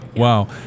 Wow